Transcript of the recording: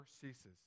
ceases